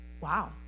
Wow